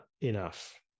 enough